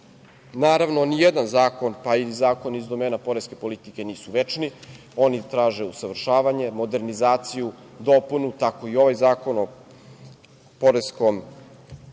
Naravno, nijedan zakon, pa ni zakon iz domena poreske politike nisu večni, oni traže usavršavanje, modernizaciju, dopunu. Tako i ovaj Zakon o poreskom postupku